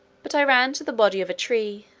but i ran to the body of a tree,